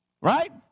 right